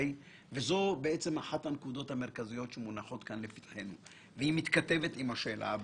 זו אחת הנקודות המרכזיות שמונחות כאן לפתחנו ומתכתבת עם השאלה הבאה: